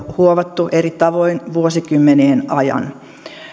huovattu eri tavoin vuosikymmenien ajan